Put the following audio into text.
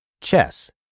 Chess